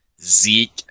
Zeke